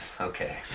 Okay